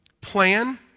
plan